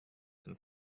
and